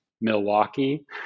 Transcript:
Milwaukee